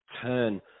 turn